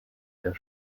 der